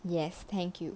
yes thank you